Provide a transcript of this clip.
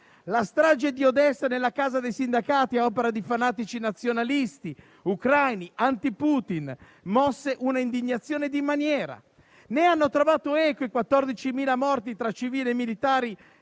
La strage di Odessa nella casa dei sindacati a opera di fanatici nazionalisti ucraini anti-Putin mosse un'indignazione di maniera: ne hanno trovato eco i 14.000 morti, tra civili e militari,